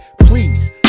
please